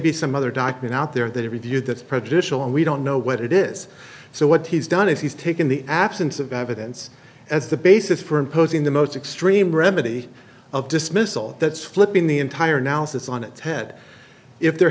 be some other dykeman out there that have reviewed that prejudicial and we don't know what it is so what he's done is he's taken the absence of evidence as the basis for imposing the most extreme remedy of dismissal that's flipping the entire analysis on its head if there